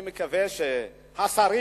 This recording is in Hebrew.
אני מקווה שהשרים,